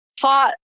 Fought